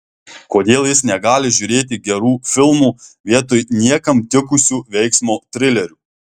kodėl jis negali žiūrėti gerų filmų vietoj niekam tikusių veiksmo trilerių